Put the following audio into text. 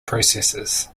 processes